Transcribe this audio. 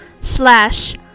slash